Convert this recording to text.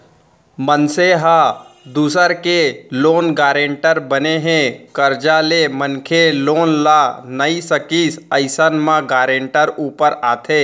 मनसे ह दूसर के लोन गारेंटर बने हे, करजा ले मनखे लोन ल नइ सकिस अइसन म गारेंटर ऊपर आथे